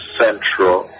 central